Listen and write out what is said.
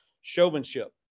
showmanship